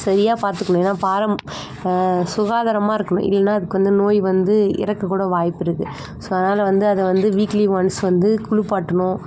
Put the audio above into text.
சரியா பாத்துக்கணும் ஏன்னா பாரம் சுகாதாரமாக இருக்கணும் இல்லைனா அதுக்கு வந்து நோய் வந்து இறக்ககூட வாய்ப்பிருக்கு ஸோ அதனால் வந்து அதை வந்து வீக்லி ஒன்ஸ் வந்து குளிப்பாட்டணும்